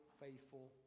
faithful